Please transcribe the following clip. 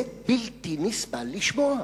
זה בלתי נסבל לשמוע.